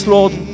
Lord